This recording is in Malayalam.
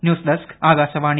news desk Akashvani